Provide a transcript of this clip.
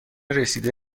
رسیده